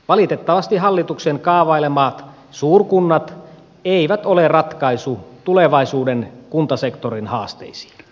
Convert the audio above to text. valitettavasti hallituksen kaavailemat suurkunnat eivät ole ratkaisu tulevaisuuden kuntasektorin haasteisiin